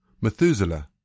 Methuselah